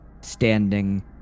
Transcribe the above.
standing